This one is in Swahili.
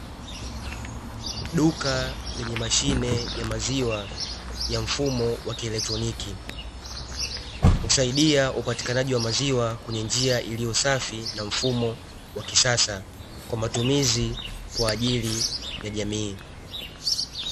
duka lenye mashine ya maziwa ya mfumo wa kielektroniki, husaidia upatikanaji wa maziwa kwenye njia iliyo safi na mfumo wa kisasa kwa matumizi kwa ajili ya jamii.